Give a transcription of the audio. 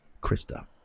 Krista